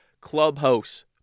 Clubhouse